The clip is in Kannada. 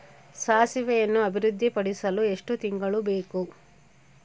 ಸಾಸಿವೆಯನ್ನು ಅಭಿವೃದ್ಧಿಪಡಿಸಲು ಎಷ್ಟು ತಿಂಗಳು ಬೇಕು?